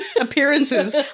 appearances